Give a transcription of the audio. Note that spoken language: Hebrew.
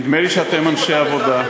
נדמה לי שאתם אנשי עבודה.